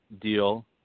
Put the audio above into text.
deal